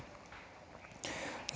जों